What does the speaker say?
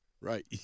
Right